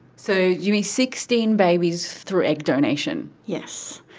so, you mean sixteen babies through egg donation. yes.